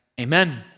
Amen